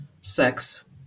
sex